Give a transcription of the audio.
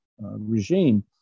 regime